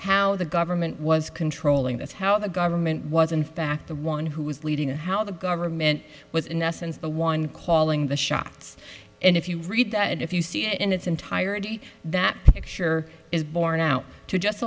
how the government was controlling that's how the government was in fact the one who was leading or how the government was in essence the one calling the shots and if you read that if you see it in its entirety that picture is borne out to just